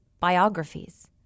biographies